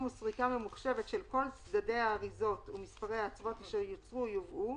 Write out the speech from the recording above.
או סריקה ממוחשבת של כל צדדי האריזות ומספרי האצוות אשר יוצרו או יובאו,